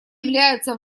являются